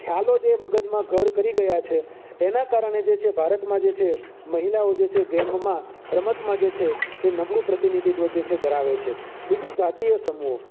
ખ્યાલો જે મગજમાં ઘર કરી ગયા છે એનાં કારણે જે છે ભારતમાં જે છે મહિલાઓ જે છે ગેમમાં રમતમાં જે છે એ નબળું પ્રતિનિધિત્વ જે છે ધરાવે છે બીજું જાતીય સમૂહો